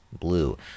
Blue